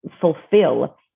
fulfill